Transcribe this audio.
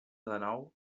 dènou